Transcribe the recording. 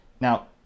Now